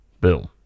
boom